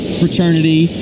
fraternity